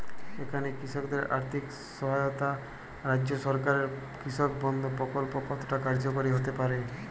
এখানে কৃষকদের আর্থিক সহায়তায় রাজ্য সরকারের কৃষক বন্ধু প্রক্ল্প কতটা কার্যকরী হতে পারে?